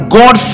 god